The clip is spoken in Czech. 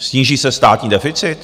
Sníží se státní deficit?